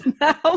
now